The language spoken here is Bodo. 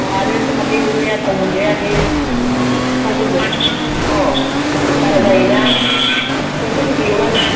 अ आरो हालदै मोनजाया थाव मोनजाया बियो थावफोरखौ अ बारा जायोना संख्रिफोरखौ एवना जा